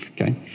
Okay